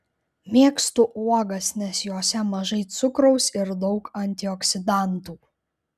mėgstu uogas nes jose mažai cukraus ir daug antioksidantų